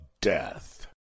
death